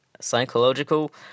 psychological